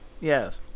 Yes